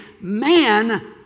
Man